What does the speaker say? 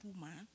woman